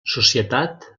societat